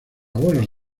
vuelos